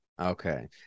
Okay